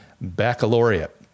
Baccalaureate